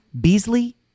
Beasley